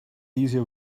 easier